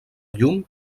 llum